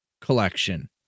collection